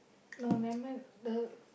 no nevermind the